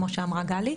כמו שאמרה גלי.